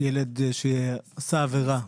ילד שעשה עבירה,